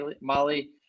Molly